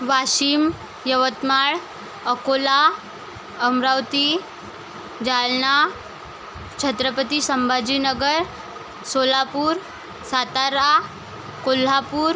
Washim Yavatmal Akola Amravati Jalna Chhatrapati Sambhajinagar Solapur Satara Kolhapur